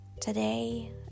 Today